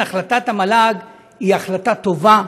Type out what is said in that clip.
לכן, החלטת המל"ג היא החלטה טובה,